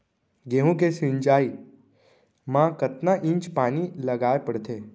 गेहूँ के सिंचाई मा कतना इंच पानी लगाए पड़थे?